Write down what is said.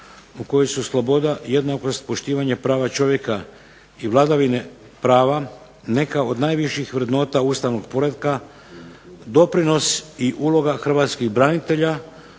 u kojoj su sloboda, jednakost, poštivanje prava čovjeka i vladavine prava neka od najviših vrednota ustavnog poretka doprinos i uloga hrvatskih branitelja